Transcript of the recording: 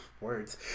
Words